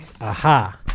Aha